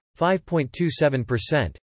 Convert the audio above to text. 5.27%